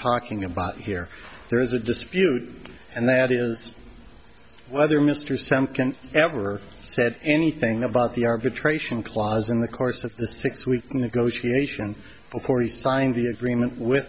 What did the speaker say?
talking about here there is a dispute and that is whether mr sampson ever said anything about the arbitration clause in the course of the six week negotiation before he signed the agreement with